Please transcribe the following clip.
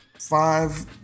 five